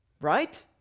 Right